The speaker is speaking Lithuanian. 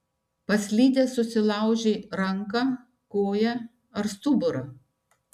paslydęs susilaužei ranką koją ar stuburą